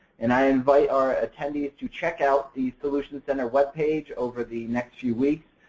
and i invite our attendees to check out the solutions center webpage over the next few weeks.